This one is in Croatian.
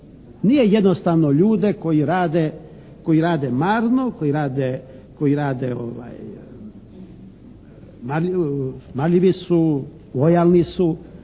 Nije jednostavno ljude koji rade, koji rade marno, koji rade, marljivi su, lojalni su,